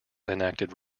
enacted